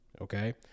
Okay